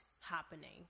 happening